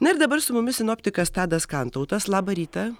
na ir dabar su mumis sinoptikas tadas kantautas labą rytą